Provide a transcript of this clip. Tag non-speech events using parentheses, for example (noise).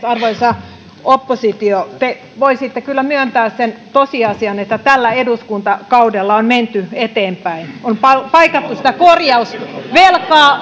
(unintelligible) arvoisa oppositio te voisitte kyllä myöntää sen tosiasian että tällä eduskuntakaudella on menty eteenpäin on paikattu sitä korjausvelkaa (unintelligible)